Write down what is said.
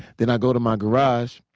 then i go to my garage